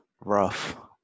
rough